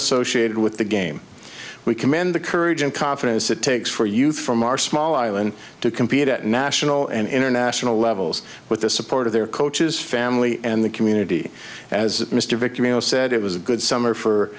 associated with the game we command the courage and confidence that to six for you from our small island to compete at national and international levels with the support of their coaches family and the community as mr vick you know said it was a good summer for